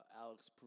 Alex